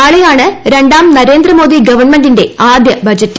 നാളെയാണ് രണ്ടാം നരേന്ദ്രമോദി ഗവൺമെന്റിന്റെ ആദ്യ ബജറ്റ്